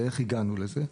ואיך הגענו לזה?